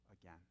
again